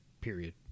period